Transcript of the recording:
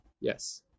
Yes